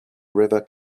river